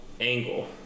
angle